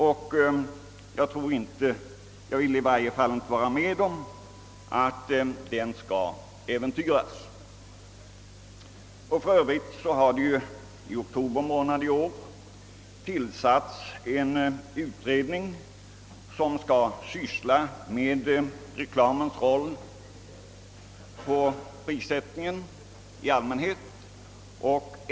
I varje fall vill inte jag vara med om att denna skall äventyras. I oktober månad i år tillsattes för övrigt en utredning som skall behandla frågan om vilken roll reklamen spelar för prissättningen i allmänhet.